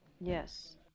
Yes